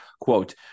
Quote